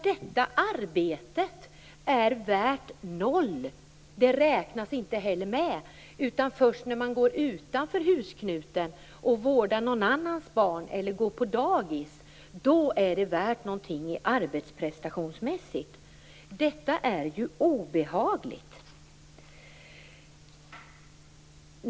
Detta arbete är värt noll och räknas inte heller med i bruttonationalprodukten, utan det är först när man går utanför husknuten och vårdar någon annans barn och barn på dagis som det är värt någonting arbetsprestationsmässigt. Detta är ju obehagligt.